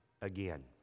again